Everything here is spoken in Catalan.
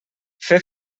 fer